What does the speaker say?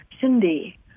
Cindy